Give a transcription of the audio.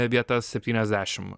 vietas septyniasdešim